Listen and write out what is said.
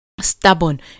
stubborn